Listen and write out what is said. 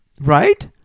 Right